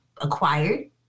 acquired